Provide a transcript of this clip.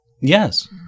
Yes